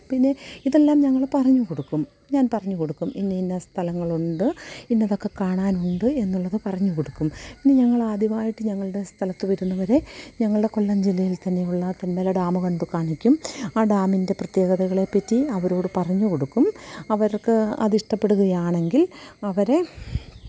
പിന്നെ ഇതെല്ലാം ഞങ്ങൾ പറഞ്ഞു കൊടുക്കും ഞാന് പറഞ്ഞു കൊടുക്കും ഇന്ന ഇന്ന സ്ഥലങ്ങളുണ്ട് ഇന്നതൊക്കെ കാണാനുണ്ട് എന്നുള്ളത് പറഞ്ഞു കൊടുക്കും പിന്നെ ഞങ്ങൾ ആദ്യമായിട്ട് ഞങ്ങളുടെ സ്ഥലത്ത് വരുന്നവരെ ഞങ്ങളുടെ കൊല്ലം ജില്ലയില് തന്നെയുള്ള തേന്മല ഡാമ് കൊണ്ടുകാണിക്കും ആ ഡാമിന്റെ പ്രത്യേകതകളെപ്പറ്റി അവരോട് പറഞ്ഞു കൊടുക്കും അവര്ക്ക് അതിഷ്ടപ്പെടുകയാണെങ്കില് അവരെ